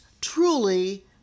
truly